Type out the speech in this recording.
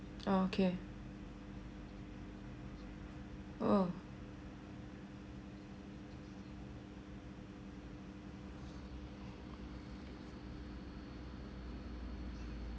okay oh